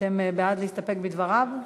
אתם בעד להסתפק בדבריו?